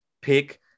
pick